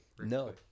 No